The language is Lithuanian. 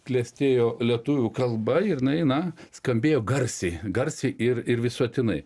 klestėjo lietuvių kalba ir jinai na skambėjo garsiai garsiai ir ir visuotinai